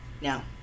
now